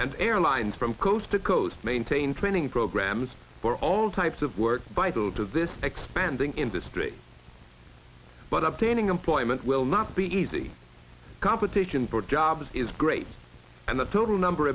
and airlines from coast to coast maintain training programs for all types of work by bill to this expanding industry but obtaining employment will not be easy competition for jobs is great and the total number